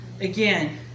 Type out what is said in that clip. Again